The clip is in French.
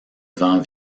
vents